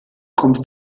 kommst